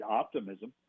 optimism